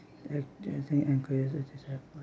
help can say encourages happen